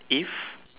if